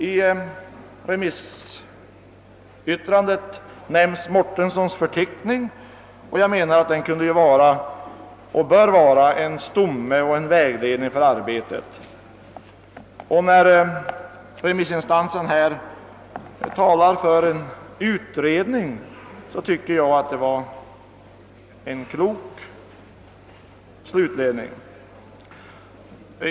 I ett av remissyttrandena nämns Mårtenssons förteckning, och jag anser att den kan och bör vara en stomme och en vägledning för ett eventuellt arbete. När denna remissinstans — styrelsen för Svenskt biografiskt lexikon — förordar en utredning anser jag det vara en klok slutledning.